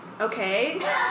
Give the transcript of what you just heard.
Okay